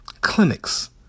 clinics